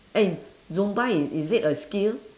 eh zumba is is it a skill